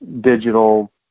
digital